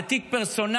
זה תיק פרסונל,